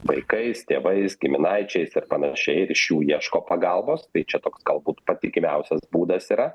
vaikais tėvais giminaičiais ir panašiai ir iš jų ieško pagalbos tai čia galbūt patikimiausias būdas yra